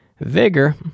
vigor